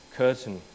curtain